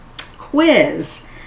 quiz